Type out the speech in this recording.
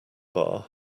bar